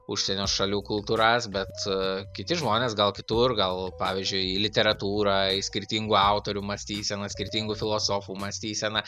užsienio šalių kultūras bet kiti žmonės gal kitur gal pavyzdžiui į literatūrą į skirtingų autorių mąstysenas kirtingų filosofų mąstyseną